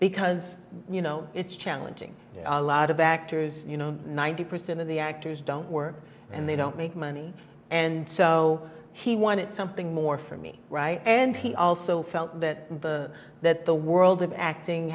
because you know it's challenging a lot of actors you know ninety percent of the actors don't work and they don't make money and so he wanted something more for me and he also felt that the that the world of acting